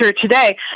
today